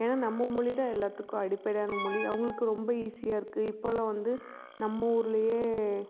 ஏன்னா நம்ம மொழி தான் எல்லாத்துக்கும் அடிப்படையான மொழி அவங்களுக்கு ரொம்ப ஈஸியாக இருக்குது இப்போல்லாம் வந்து நம்ம ஊர்லையே